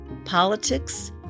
politics